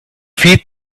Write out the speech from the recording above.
feed